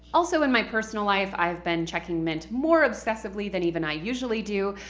also, in my personal life, i've been checking mint more obsessively than even i usually do.